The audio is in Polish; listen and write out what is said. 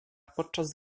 podczas